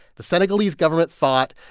the senegalese government thought